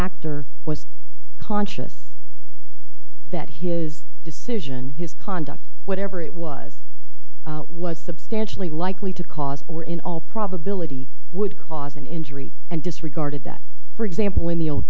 actor was conscious that his decision his conduct whatever it was was substantially likely to cause or in all probability would cause an injury and disregarded that for example in the old